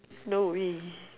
no we